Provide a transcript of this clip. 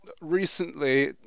recently